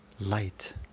light